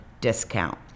discount